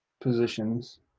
positions